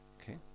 okay